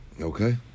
Okay